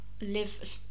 live